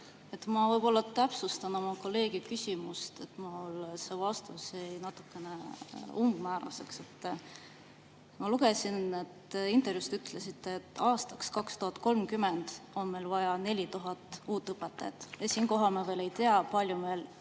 Ma võib-olla täpsustan oma kolleegi küsimust, mulle see vastus jäi natukene umbmääraseks. Ma lugesin, et intervjuus te ütlesite, et aastaks 2030 on meil vaja 4000 uut õpetajat, ja siinkohal me veel ei tea, kui